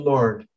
Lord